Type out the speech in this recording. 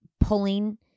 pulling